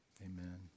amen